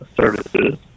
Services